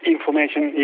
Information